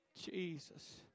Jesus